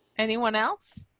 anyone else